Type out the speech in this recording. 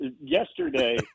yesterday